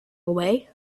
away